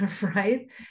right